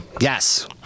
Yes